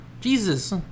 Jesus